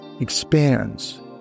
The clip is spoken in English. expands